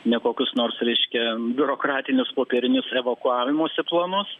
ne kokius nors reiškia biurokratinius popierinius evakuavimosi planus